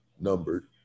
numbered